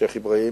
שיח' אברהים,